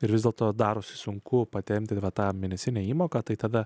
ir vis dėlto darosi sunku patempti va tą mėnesinę įmoką tai tada